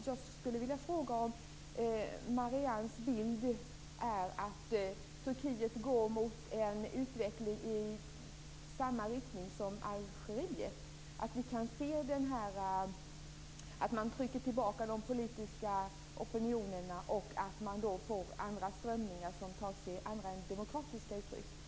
Jag skulle vilja fråga om Mariannes bild är att Turkiet går mot en utveckling i samma riktning som Algeriet, dvs. att man trycker tillbaka de politiska opinionerna och då får strömningar som tar sig andra än demokratiska uttryck.